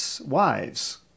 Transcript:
wives